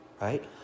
right